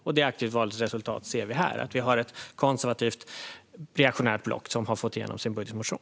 Och resultatet av det aktiva valet ser vi här. Ett konservativt reaktionärt block har fått igenom sin budgetmotion.